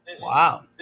Wow